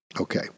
Okay